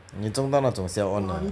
你中到那种 siao on 的